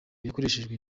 yakoreshejwe